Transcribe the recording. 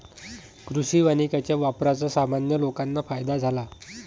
कृषी वानिकाच्या वापराचा सामान्य लोकांना फायदा झाला